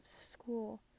school